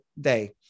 day